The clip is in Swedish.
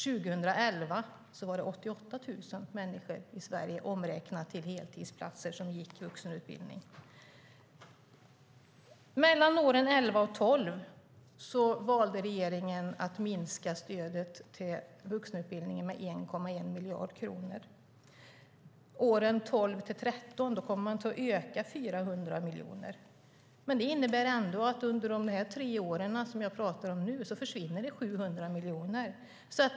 År 2011 var det 88 000, omräknat till heltidsplatser, som gick i vuxenutbildning. Mellan åren 2011 och 2012 valde regeringen att minska stödet till vuxenutbildningen med 1,1 miljarder kronor. Åren 2012 till 2013 kommer man att öka med 400 miljoner. Det innebär att under de tre år som jag nu talar om försvinner 700 miljoner.